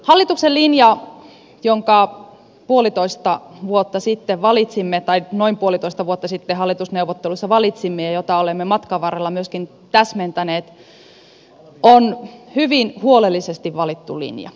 hallituksen linja jonka puolitoista vuotta sitten valitsimme tai noin puolitoista vuotta sitten hallitusneuvotteluissa valitsimme ja jota olemme matkan varrella myöskin täsmentäneet on hyvin huolellisesti valittu linja